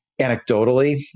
anecdotally